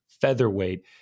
featherweight